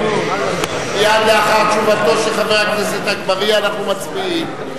מייד לאחר תשובתו של חבר הכנסת אגבאריה אנחנו מצביעים.